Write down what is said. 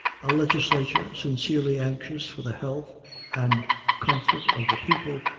a legislature sincerely anxious for the health and comfort of the people,